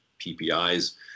ppis